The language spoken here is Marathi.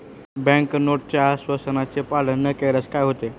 बँक नोटच्या आश्वासनाचे पालन न केल्यास काय होते?